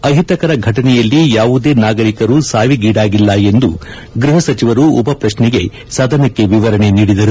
ಅಹಿತಕರ ಫಟನೆಯಲ್ಲಿ ಯಾವುದೇ ನಾಗರಿಕರು ಸಾವಿಗೀಡಾಗಿಲ್ಲ ಎಂದು ಗೃಹ ಸಚಿವರು ಉಪ ಪ್ರಶ್ನೆಗೆ ಸದನಕ್ಕೆ ವಿವರಣೆ ನೀಡಿದರು